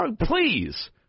Please